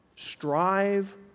strive